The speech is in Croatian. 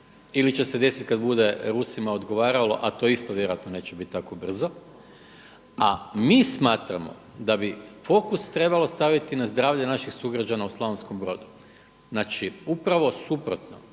ili će se desiti kada bude Rusima odgovaralo, a to isto vjerojatno neće biti tako brzo, a mi smatramo da bi fokus trebalo staviti na zdravlje naših sugrađana u Slavonskom Brodu. Znači upravo suprotno,